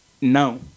No